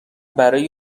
برای